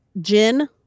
gin